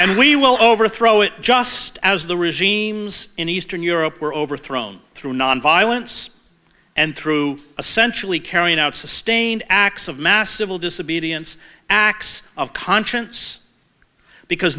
and we will overthrow it just as the regimes in eastern europe were overthrown through nonviolence and through a centrally carrying out sustained acts of massive oil disobedience acts of conscience because